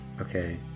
Okay